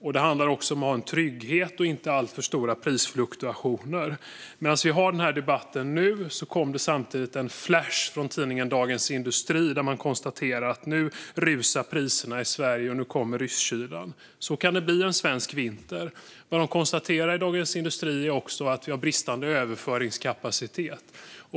Det handlar också om att ha en trygghet och inte alltför stora prisfluktuationer. Medan vi har den här debatten har det kommit en flash från tidningen Dagens industri. Man konstaterar att priserna nu rusar i Sverige - nu kommer rysskylan. Så kan det bli en svensk vinter. Vad man också konstaterar i Dagens industri är att vi har bristande överföringskapacitet.